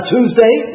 Tuesday